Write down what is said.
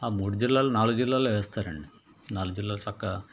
ఆ మూడు జిల్లాలో నాలుగు జిల్లాలో వేస్తారండి నాలుగు జిల్లాలు ఎంచక్కా